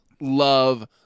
love